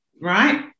right